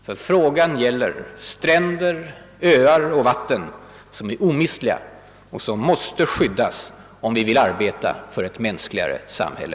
För frågan gäller stränder, öar och vatten som är omistliga och måste skyddas om vi vill arbeta för ett mänskligare samhälle.